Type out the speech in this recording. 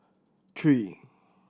three